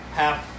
half